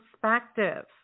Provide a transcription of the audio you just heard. perspective